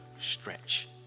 stretch